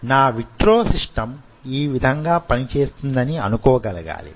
నా విట్రో సిస్టమ్ ఈ విధంగా పని చేస్తుందని అనుకోగలగాలి